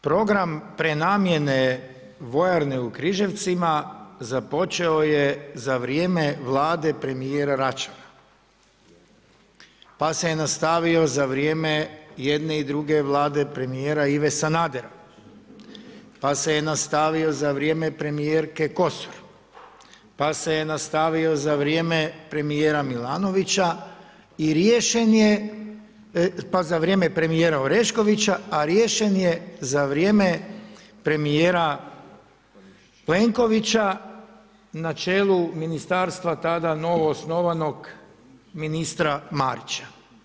Program prenamjene vojarne u Križevcima započeo je za vrijeme Vlade premijera Račana, pa se je nastavio za vrijeme jedne i druge Vlade premijera Ive Sanadera, pa se je nastavio za vrijeme premijerke Kosor, pa se je nastavio za vrijeme premijera Milanovića i riješen je, pa za vrijeme premijera Oreškovića, a riješen je za vrijeme premijera Plenkovića na čelu ministarstva tada novo osnovanog ministra Marića.